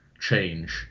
change